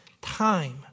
time